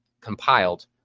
compiled